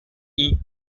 eat